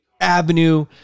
avenue